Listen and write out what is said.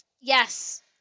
Yes